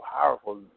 powerful